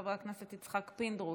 חבר הכנסת יצחק פינדרוס,